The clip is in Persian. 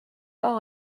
اقا